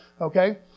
okay